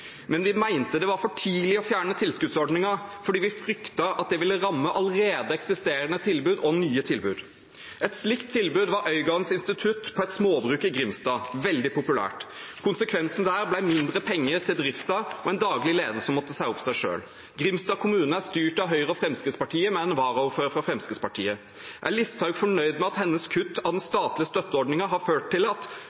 Men vi mente at det var for tidlig å fjerne tilskuddsordningen fordi vi fryktet at det ville ramme allerede eksisterende tilbud og nye tilbud. Et slikt tilbud var Øygardens institutt på et småbruk i Grimstad – veldig populært. Konsekvensen der ble mindre penger til driften og en daglig leder som måtte si opp seg selv. Grimstad kommune er styrt av Høyre og Fremskrittspartiet med en varaordfører fra Fremskrittspartiet. Er Listhaug fornøyd med at hennes kutt av den